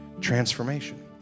Transformation